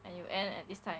and you end at this time